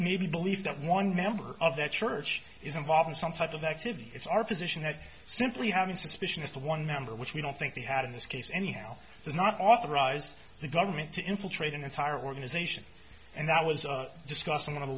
me believe that one member of their church is involved in some type of activity it's our position that simply having suspicion as to one member which we don't think they had in this case anyhow does not authorize the government to infiltrate an entire organization and that was discussed in one of a